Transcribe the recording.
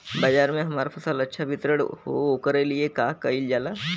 बाजार में हमार फसल अच्छा वितरण हो ओकर लिए का कइलजाला?